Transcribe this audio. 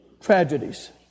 tragedies